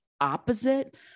opposite